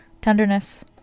tenderness